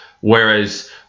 whereas